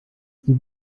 sie